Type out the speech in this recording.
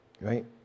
Right